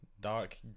dark